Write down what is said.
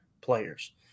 players